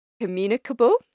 communicable